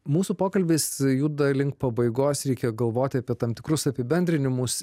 mūsų pokalbis juda link pabaigos reikia galvoti apie tam tikrus apibendrinimus